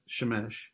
Shemesh